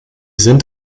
sind